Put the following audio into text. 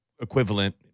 equivalent